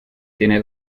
tiene